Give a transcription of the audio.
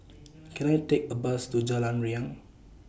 Can I Take A Bus to Jalan Riang